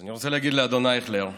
אז אני רוצה להגיד לאדון אייכלר: